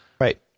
right